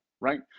right